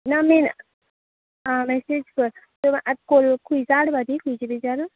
ना मेन आं मॅसेज कर पूण आतां खंय सान हाडपा ती खंयचा बिचार